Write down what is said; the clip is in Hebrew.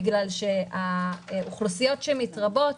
האוכלוסיות שמתרבות,